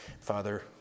Father